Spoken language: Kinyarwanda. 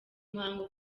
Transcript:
muhango